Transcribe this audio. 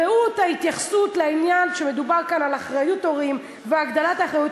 ראו את ההתייחסות לכך שמדובר כאן על אחריות הורים והגדלת האחריות,